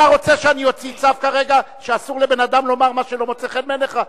אתה רוצה שאני אוציא צו כרגע שאסור לבן-אדם לומר מה שלא מוצא חן בעיניך?